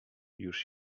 już